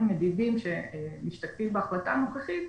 מדידים שמשתקפים בהחלטה הנוכחית,